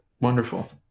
Wonderful